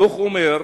הדוח אומר: